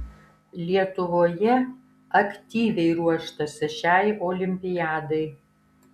lietuvoje aktyviai ruoštasi šiai olimpiadai